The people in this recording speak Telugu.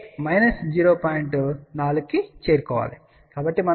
2 మనం a 0